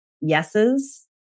yeses